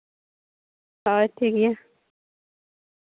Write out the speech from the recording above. ᱦᱳᱭ ᱴᱷᱤᱠ ᱜᱮᱭᱟ